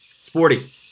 Sporty